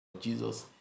Jesus